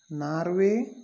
Norway